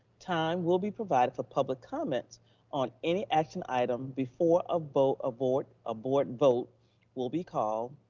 time will be provided for public comments on any action item before a vote, a board a board vote will be called.